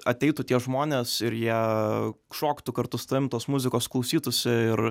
ateitų tie žmonės ir jie šoktų kartu su tavimi tos muzikos klausytųsi ir